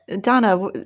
Donna